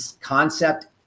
concept